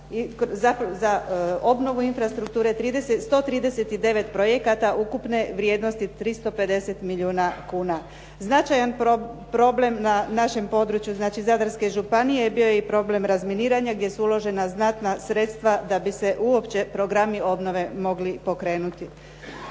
za obnovu infrastrukture 139 projekata ukupne vrijednosti 350 milijuna kuna. Značajan problem na našem području znači Zadarske županije bio je i problem razminiranja gdje su uložena znatna sredstva da bi se uopće programi obnove mogli pokrenuti.